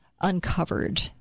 uncovered